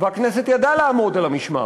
והכנסת ידעה לעמוד על המשמר.